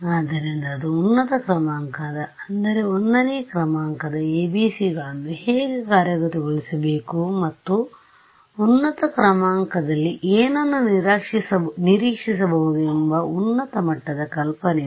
ಆದ್ದರಿಂದ ಅದು ಉನ್ನತ ಕ್ರಮಾಂಕದ ಅಂದರೆ 1 ನೇ ಕ್ರಮಾಂಕದ ABCಗಳನ್ನು ಹೇಗೆ ಕಾರ್ಯಗತಗೊಳಿಸಬೇಕು ಮತ್ತು ಉನ್ನತ ಕ್ರಮಾಂಕದಲ್ಲಿ ಏನನ್ನು ನಿರೀಕ್ಷಿಸಬಹುದು ಎಂಬ ಉನ್ನತ ಮಟ್ಟದ ಕಲ್ಪನೆಯು